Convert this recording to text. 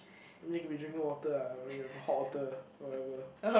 I mean could be drinking water ah hot water whatever